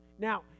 Now